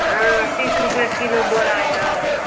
हँ तीस रुपैए किलो बोरा यऽ